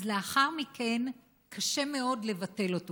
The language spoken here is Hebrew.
אז לאחר מכן קשה מאוד לבטל אותו.